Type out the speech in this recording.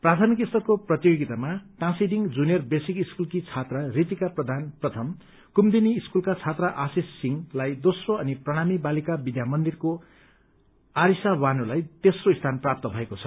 प्राथमिक स्तरको प्रतियोगितामा टाँसीडिंग जुनियर बेसक स्कूलकी छात्रा रितिका प्रधान प्रथम कुमुदिनी स्कूलका छात्र आशिष सिंहलाई दोम्रो अनि प्रणमी बालिका विद्या मन्दिरकी आरिषा बानुलाई तेम्रो स्थान प्राप्त भएको छ